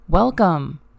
Welcome